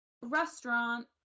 restaurant